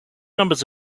numbers